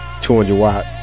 200-watt